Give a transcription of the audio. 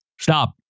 Stop